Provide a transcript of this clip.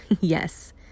Yes